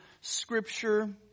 scripture